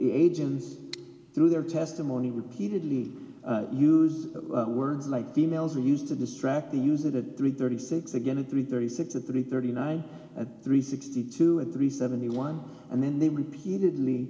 agents through their testimony repeatedly use words like females are used to distract the use that at three thirty six again at three thirty six at three thirty nine three sixty two and three seventy one and then they repeatedly